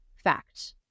fact